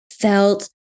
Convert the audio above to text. felt